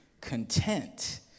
content